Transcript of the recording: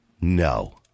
No